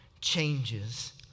changes